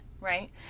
Right